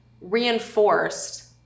reinforced